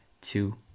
two